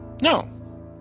no